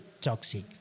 toxic